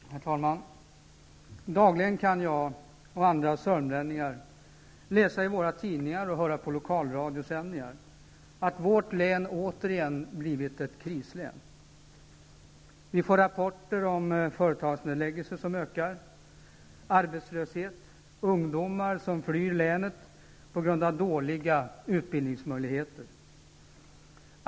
Herr talman! Dagligen kan jag och andra sörmlänningar läsa i våra tidningar och höra på lokalradiosändningar. Vi får rapporter om ett ökat antal företagsnedläggelser, arbetslöshet och ungdomar som flyr länet på grund av dåliga utbildningsmöjligheter.